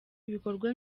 ibikorwa